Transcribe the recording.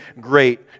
great